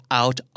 out